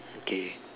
okay